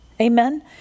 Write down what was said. Amen